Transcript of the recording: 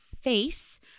face